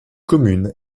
commune